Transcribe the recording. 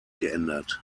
geändert